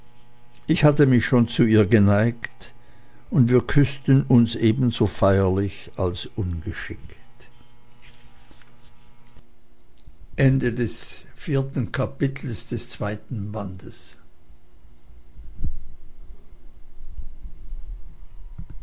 ich hatte mich schon zu ihr geneigt und wir küßten uns ebenso feierlich als ungeschickt